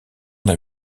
d’un